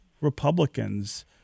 Republicans